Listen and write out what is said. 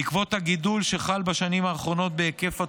בעקבות הגידול שחל בשנים האחרונות בהיקף התופעה,